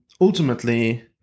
ultimately